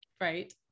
Right